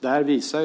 den lämnade jag därhän.